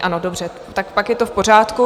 Ano, dobře, tak pak je to v pořádku.